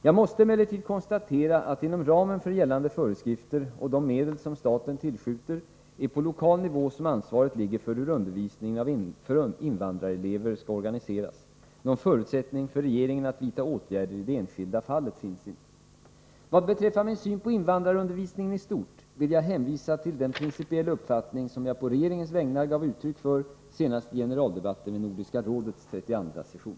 Jag måste konstatera att det inom ramen för gällande föreskrifter och de medel som staten tillskjuter är på lokal nivå som ansvaret ligger för hur undervisningen för invandrarelever skall organiseras. Någon förutsättning för regeringen att vidta åtgärder i det enskilda fallet finns inte. Vad beträffar min syn på invandrarundervisningen i stort vill jag hänvisa till den principiella uppfattning som jag på regeringens vägnar gav uttryck för senast i generaldebatten vid Nordiska rådets 32:a session.